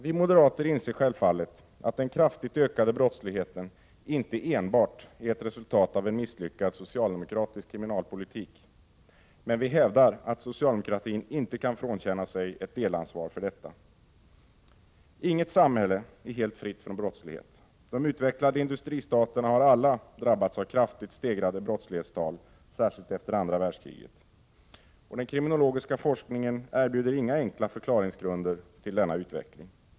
Vi moderater inser självfallet att den kraftigt ökade brottsligheten inte enbart är ett resultat av en misslyckad socialdemokratisk kriminalpolitik, men vi hävdar att socialdemokratin inte kan frånkänna sig ett delansvar. Inget samhälle är helt fritt från brottslighet. De utvecklade industristaterna har alla drabbats av kraftigt stegrade brottslighetstal, särskilt efter andra världskriget. Den kriminologiska forskningen erbjuder inga enkla förklaringsgrunder till denna utveckling.